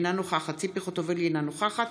אינה נוכחת